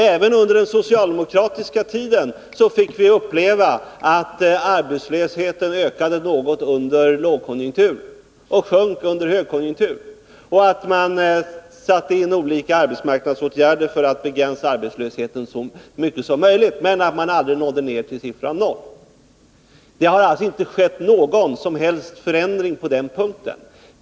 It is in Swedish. Även under den socialdemokratiska tiden fick vi uppleva att arbetslösheten ökade något under lågkonjunktur och sjönk under högkonjunktur. Man satte in olika arbetsmarknadsåtgärder för att begränsa arbetslösheten så mycket som möjligt, men man nådde aldrig ned till siffran 0. Det har alltså inte skett någon som helst förändring på den punkten.